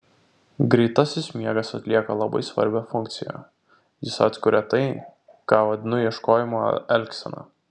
greitasis miegas atlieka labai svarbią funkciją jis atkuria tai ką vadinu ieškojimo elgsena